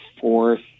fourth